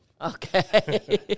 Okay